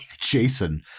Jason